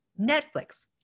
Netflix